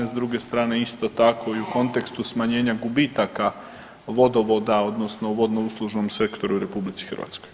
S druge strane isto tako i u kontekstu smanjenja gubitaka vodovoda odnosno u vodnouslužnom sektoru u RH.